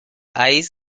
eyes